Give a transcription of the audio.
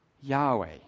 Yahweh